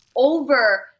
over